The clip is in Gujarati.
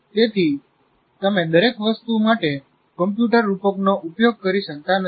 તેથી તમે દરેક વસ્તુ માટે કમ્પ્યુટર રૂપકનો ઉપયોગ કરી શકતા નથી